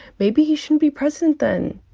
maybe he shouldn't be president, then.